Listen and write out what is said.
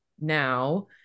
now